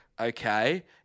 Okay